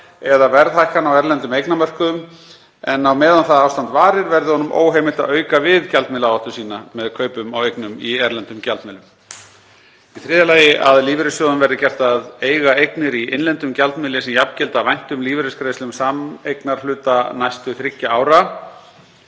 eða verðhækkana á erlendum eignamörkuðum en á meðan það ástand varir verði honum óheimilt að auka við gjaldmiðlaáhættu sína með kaupum á eignum í erlendum gjaldmiðlum. 3. Að lífeyrissjóðum verði gert að eiga eignir í innlendum gjaldmiðli sem jafngilda væntum lífeyrisgreiðslum sameignarhluta næstu þriggja ára.